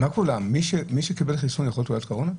לא כולם, מי שקיבל חיסון יכול לקבל תעודת קורונה?